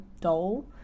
dull